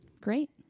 Great